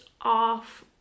off